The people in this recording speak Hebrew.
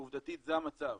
עובדתית זה המצב,